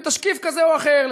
בתשקיף כזה או אחר,